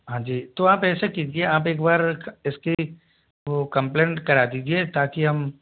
हाँ जी तो आप ऐसे कीजिए आप एक बार इसकी वो कंप्लेंट करा दीजिए ताकि हम